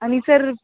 आणि सर